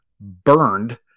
burned